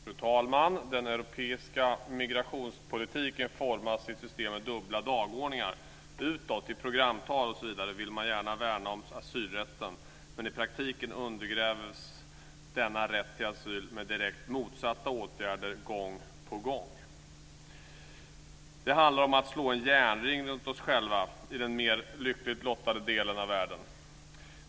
Fru talman! Den europeiska migrationspolitiken formas till ett system med dubbla dagordningar. Utåt, i programtal osv., vill man gärna värna asylrätten, men i praktiken undergrävs denna rätt till asyl med direkt motsatta åtgärder gång på gång. Det handlar om att slå en järnring runt oss själva i den mer lyckligt lottade delen av världen.